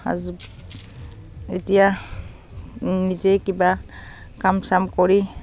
সাজ এতিয়া নিজেই কিবা কাম চাম কৰি